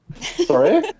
Sorry